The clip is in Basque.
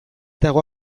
dago